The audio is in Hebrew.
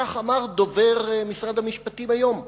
כך אמר דובר משרד המשפטים היום,